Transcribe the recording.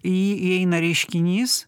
į jį įeina reiškinys